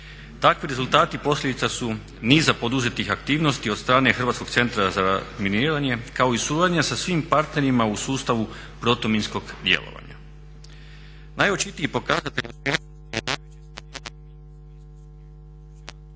Takvi rezultati posljedica su niza poduzetih aktivnosti od strane HCZR-a kao i suradnja svim partnerima u sustavu protuminskog djelovanja.